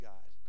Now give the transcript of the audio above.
God